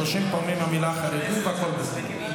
30 פעמים המילה "חרדים" והכול בסדר.